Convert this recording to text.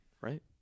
right